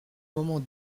moments